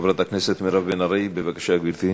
חברת הכנסת מירב בן ארי, בבקשה, גברתי.